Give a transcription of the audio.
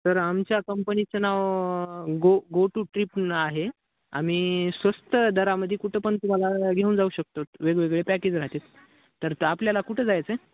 तर आमच्या कंपनीचं नाव गो गो टू ट्रीप न आहे आम्ही स्वस्त दरामध्ये कुठं पण तुम्हाला घेऊन जाऊ शकतो वेगवेगळे पॅकेज राहते तर तर आपल्याला कुठं जायचं आहे